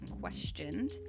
questioned